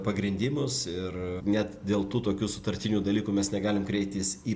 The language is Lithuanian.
pagrindimus ir net dėl tų tokių sutartinių dalykų mes negalim kreiptis į